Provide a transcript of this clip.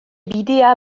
bidea